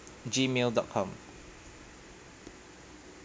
gmail dot com